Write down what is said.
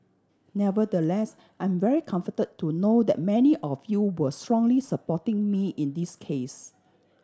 nevertheless I am very comforted to know that many of you were strongly supporting me in this case